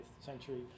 century